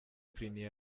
prunier